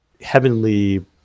heavenly